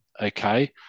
Okay